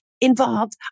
involved